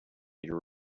your